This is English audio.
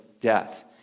death